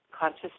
Conscious